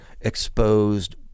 exposed